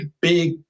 big